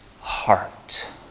heart